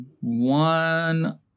one